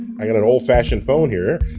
i got an old-fashioned phone here.